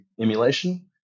emulation